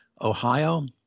Ohio